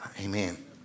amen